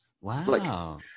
Wow